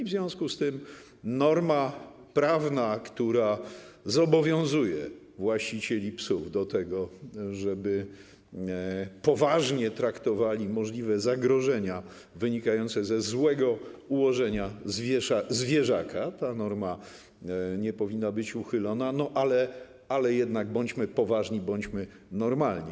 W związku z tym norma prawna, która zobowiązuje właścicieli psów do tego, żeby poważnie traktowali możliwe zagrożenia wynikające ze złego ułożenia zwierzaka, nie powinna być uchylona, ale jednak bądźmy poważni, bądźmy normalni.